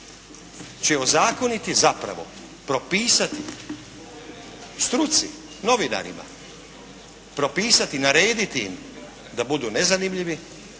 će ozakoniti zapravo propisati struci, novinarima, propisati, narediti im da budu nezanimljivi,